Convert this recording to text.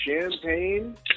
champagne